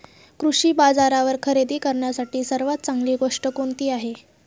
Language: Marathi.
कृषी बाजारावर खरेदी करण्यासाठी सर्वात चांगली गोष्ट कोणती आहे?